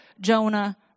Jonah